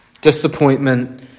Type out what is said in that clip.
Disappointment